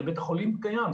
הרי בית החולים קיים,